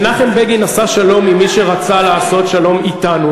מנחם בגין עשה שלום עם מי שרצה לעשות שלום אתנו.